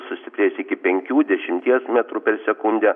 sustiprės iki penkių dešimties metrų per sekundę